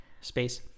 space